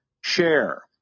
share